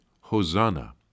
Hosanna